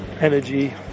energy